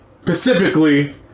specifically